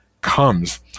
comes